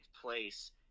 place